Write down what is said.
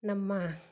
ನಮ್ಮ